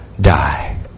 die